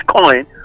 coin